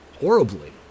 horribly